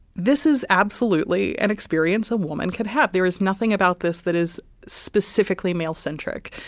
this is absolutely an experience a woman could have. there is nothing about this that is specifically male centric.